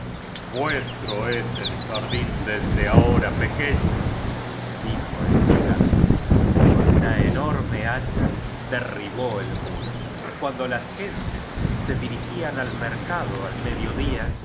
es el jardín desde ahora pe queños dijo el gigante y con una enorme hacha derribó el muro y cuando las gentes se dirigían al mer cado al mediodía